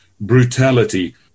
brutality